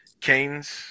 Canes